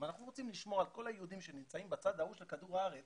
אם אנחנו רוצים לשמור על כל היהודים שנמצאים בצד ההוא של כדור הארץ